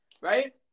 right